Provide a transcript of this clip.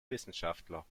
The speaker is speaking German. wissenschaftler